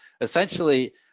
essentially